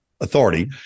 Authority